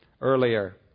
earlier